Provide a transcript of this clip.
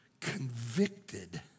convicted